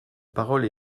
parole